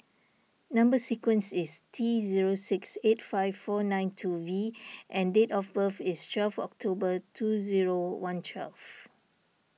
Number Sequence is T zero six eight five four nine two V and date of birth is twelve October two zero one twelve